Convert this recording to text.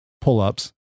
pull-ups